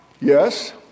Yes